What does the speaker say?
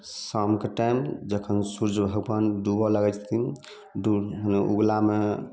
शामके टाइम जखन सूर्ज भगबान डूबऽ लागै छथिन दूर उगलामे